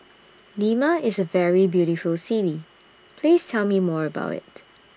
Lima IS A very beautiful City Please Tell Me More about IT